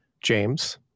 james